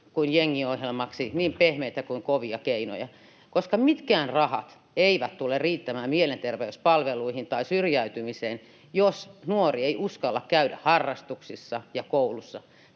kuin jengiohjelmaksi, niin pehmeitä kuin kovia keinoja, koska mitkään rahat eivät tule riittämään mielenterveyspalveluihin tai syrjäytymiseen, jos nuori ei uskalla käydä harrastuksissa ja koulussa.